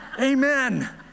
Amen